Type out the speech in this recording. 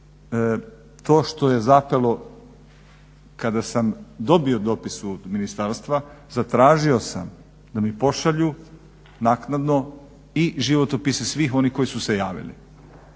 To što je zapelo kada sam dobio dopis od ministarstva zatražio sam da mi pošalju naknadno i životopise svih onih koji su se javili